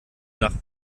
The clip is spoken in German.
nach